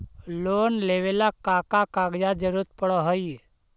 Loan लेवेला का का कागजात जरूरत पड़ हइ?